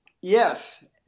yes